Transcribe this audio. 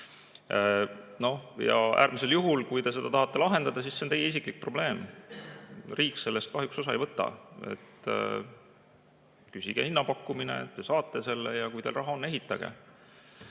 Ja äärmisel juhul, kui te seda tahate lahendada, siis see on teie isiklik probleem. Riik sellest kahjuks osa ei võta. Küsige hinnapakkumine, te saate selle ja kui teil raha on, ehitage.